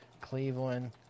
Cleveland